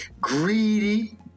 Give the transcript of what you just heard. Greedy